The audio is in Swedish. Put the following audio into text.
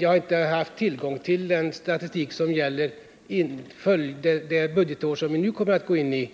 Jag har inte haft tillgång till den statistik som gäller budgetåret 1979/80